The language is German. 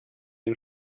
den